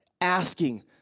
asking